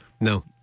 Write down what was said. No